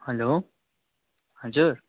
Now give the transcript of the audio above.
hello हजुर